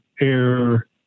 air